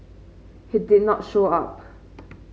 he did not show up